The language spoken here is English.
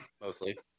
Mostly